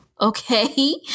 Okay